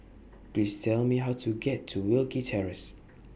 Please Tell Me How to get to Wilkie Terrace